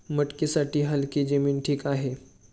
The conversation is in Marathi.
मटकीसाठी हलकी जमीन ठीक आहे